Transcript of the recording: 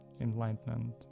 enlightenment